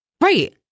Right